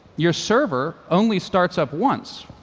your server only starts up once,